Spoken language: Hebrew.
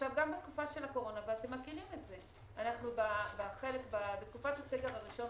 גם בתקופה של הקורונה ואתם מכירים את זה בתקופת הסגר הראשון,